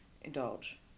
indulge